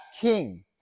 king